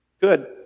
good